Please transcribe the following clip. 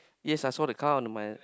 yes I saw the car on the eyelet